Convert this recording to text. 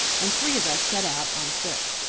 and three of us set out on, foot.